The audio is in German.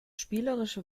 spielerische